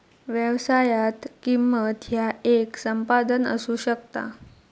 व्यवसायात, किंमत ह्या येक संपादन असू शकता